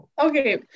okay